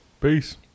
Peace